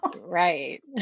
Right